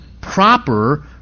proper